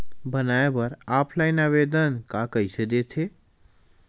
बनाये बर ऑफलाइन आवेदन का कइसे दे थे?